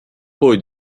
poi